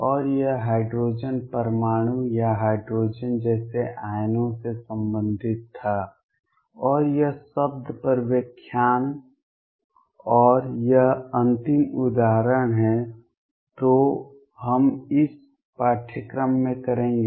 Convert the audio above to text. और यह हाइड्रोजन परमाणु या हाइड्रोजन जैसे आयनों से संबंधित था और यह शब्द पर व्याख्यान और यह अंतिम उदाहरण है जो हम इस पाठ्यक्रम में करेंगे